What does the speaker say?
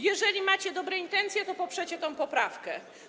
Jeżeli macie dobre intencje, to poprzecie tę poprawkę.